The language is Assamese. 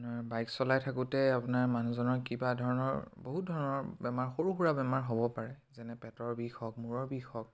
আপোনাৰ বাইক চলাই থাকোঁতেই আপোনাৰ মানুহজনৰ কিবা ধৰণৰ বহুত ধৰণৰ বেমাৰ সৰু সুৰা বেমাৰ হ'ব পাৰে যেনে পেটৰ বিষ হওক মূৰৰ বিষ হওক